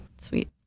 sweet